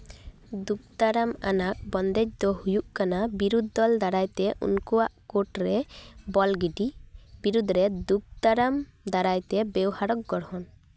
ᱫᱩᱠ ᱫᱟᱨᱟᱢ ᱟᱱᱟᱜ ᱵᱚᱱᱫᱮᱡᱽ ᱫᱚ ᱦᱩᱭᱩᱜ ᱠᱟᱱᱟ ᱵᱤᱨᱩᱫᱽ ᱫᱚᱞ ᱫᱟᱨᱟᱭ ᱛᱮ ᱩᱱᱠᱩᱣᱟᱜ ᱠᱳᱨᱴ ᱨᱮ ᱵᱚᱞ ᱜᱤᱰᱤ ᱵᱤᱨᱩᱫᱽ ᱨᱮ ᱫᱩᱠ ᱫᱟᱨᱟᱢ ᱫᱟᱨᱟᱭᱛᱮ ᱵᱮᱣᱦᱟᱨᱚᱜ ᱜᱚᱲᱦᱚᱱ